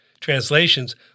translations